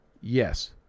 Yes